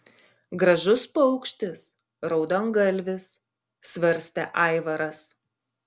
gražus paukštis raudongalvis svarstė aivaras